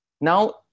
Now